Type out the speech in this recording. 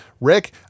Rick